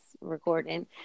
recording